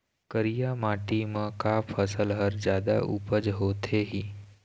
करिया माटी म का फसल हर जादा उपज होथे ही?